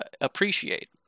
appreciate